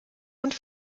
und